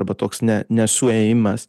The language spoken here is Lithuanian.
arba toks ne nesuėjimas